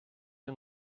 han